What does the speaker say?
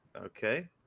Okay